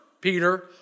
Peter